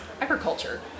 agriculture